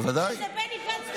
שזה בני גנץ וטרופר.